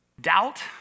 Doubt